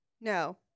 No